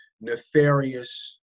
nefarious